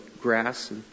grass